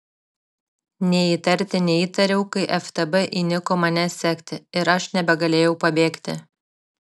nė įtarti neįtariau kai ftb įniko mane sekti ir aš nebegalėjau pabėgti